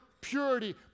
purity